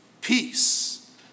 peace